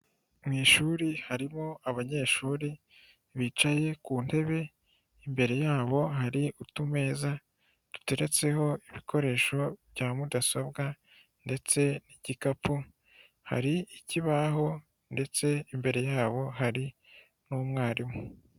Mu ishuri harimo abanyeshuri bicaye ku ntebe, imbere yabo hari utumeza duteretseho ibikoresho bya mudasobwa ndetse n'igikapu, hari ikibaho ndetse imbere yabo hari n'umwarimu.